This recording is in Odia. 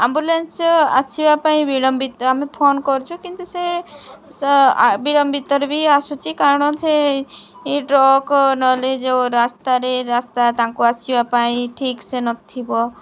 ଆମ୍ବୁଲାନ୍ସ ଆସିବା ପାଇଁ ବିଳମ୍ବିତ ଆମେ ଫୋନ୍ କରୁଛୁ କିନ୍ତୁ ସେ ବିଳମ୍ବିତରେ ବି ଆସୁଛି କାରଣ ସେ ଟ୍ରକ୍ ନହେଲେ ଯେଉଁ ରାସ୍ତାରେ ରାସ୍ତା ତାଙ୍କୁ ଆସିବା ପାଇଁ ଠିକ୍ ସେ ନଥିବ